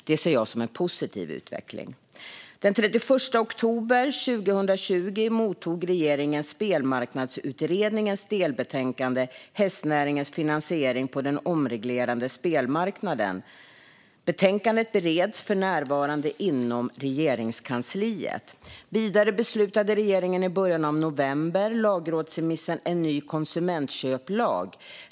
Det ser jag som en positiv utveckling. . Betänkandet bereds för närvarande inom Regeringskansliet.Vidare beslutade regeringen i början av november om lagrådsremissen En ny konsumentköplag < 03808).